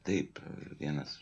taip vienas